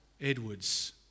Edwards